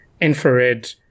infrared